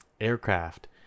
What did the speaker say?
aircraft